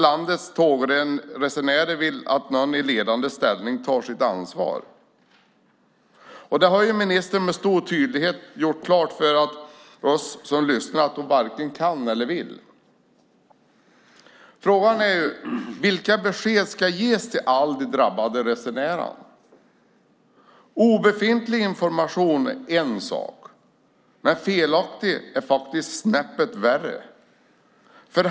Landets tågresenärer vill att någon i ledande ställning tar sitt ansvar. Men med stor tydlighet har ministern gjort klart för oss som nu lyssnar att hon varken kan eller vill det. Frågan är vilka besked som ska ges till alla drabbade resenärer. Obefintlig information är en sak, men felaktig information är snäppet värre.